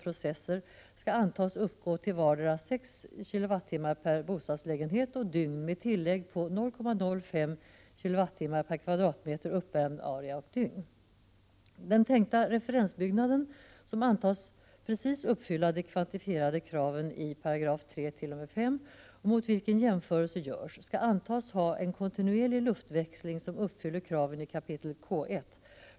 O Den tänkta referensbyggnaden, som antas precis uppfylla de kvantifierade kraven i :3—-:5S och mot vilken jämförelser görs, skall antas ha en kontinuerlig luftväxling som uppfyller kraven i kap K1.